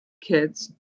kids